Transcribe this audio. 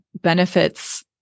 benefits